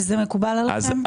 וזה מקובל עליכם?